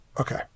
Okay